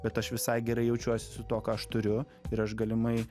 bet aš visai gerai jaučiuosi su tuo ką aš turiu ir aš galimai